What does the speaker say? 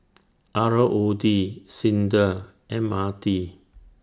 R O D SINDA M R T